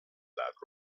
that